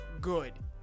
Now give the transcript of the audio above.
good